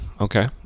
Okay